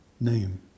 name